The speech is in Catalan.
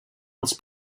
els